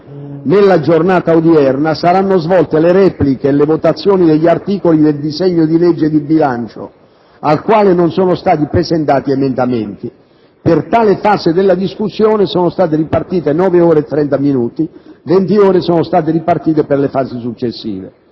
nella giornata odierna, saranno svolte le repliche e le votazioni degli articoli del disegno di legge di bilancio, al quale non sono stati presentati emendamenti. Per tale fase della discussione sono state ripartite 9 ore e 30 minuti; 20 ore sono state ripartite per le fasi successive.